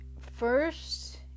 first